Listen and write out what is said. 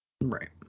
Right